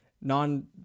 non-